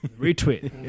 Retweet